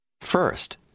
First